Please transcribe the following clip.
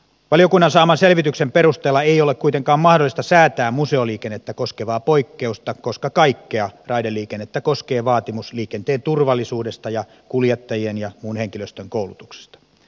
valiokunnan saaman selvityksen perusteella ei ole kuitenkaan mahdollista säätää museoliikennettä koskevaa poikkeusta koska kaikkea raideliikennettä koskee vaatimus liikenteen turvallisuudesta ja kuljettajien ja muun henkilöstön koulutuksesta